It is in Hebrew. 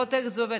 לראות איך זה עובד.